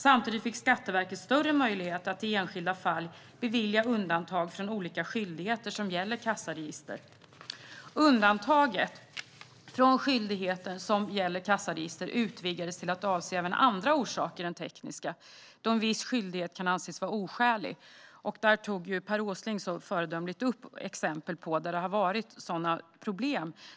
Samtidigt fick Skatteverket större möjlighet att i enskilda fall bevilja undantag från olika skyldigheter som gäller kassaregister. Undantag från skyldigheter som gäller kassaregister utvidgades till att avse även andra orsaker än tekniska då en viss skyldighet kan anses vara oskälig. Per Åsling tog på ett föredömligt sätt upp ett exempel på sådana problem.